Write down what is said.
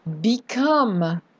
Become